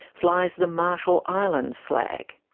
flies the marshall islands' flag.